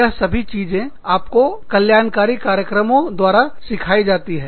यह सभी चीजें आपको कल्याणकारी कार्यक्रमों द्वारा सिखाई जाती है